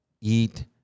eat